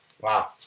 Wow